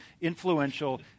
influential